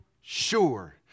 sure